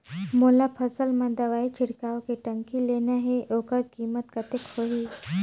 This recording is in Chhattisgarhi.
मोला फसल मां दवाई छिड़काव के टंकी लेना हे ओकर कीमत कतेक होही?